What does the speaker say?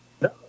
No